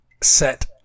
set